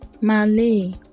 Malay